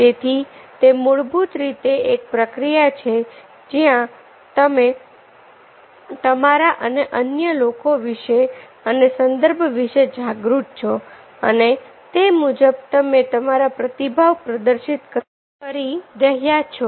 તેથી તે મૂળભૂત રીતે એક પ્રક્રિયા છે જ્યાં તમે તમારા અને અન્ય લોકો વિશે અને સંદર્ભ વિશે જાગૃત છો અને તે મુજબ તમે તમારા પ્રતિભાવ પ્રદર્શિત કરી રહ્યા છો